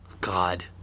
God